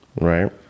Right